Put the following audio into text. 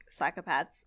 psychopaths